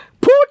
Put